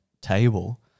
table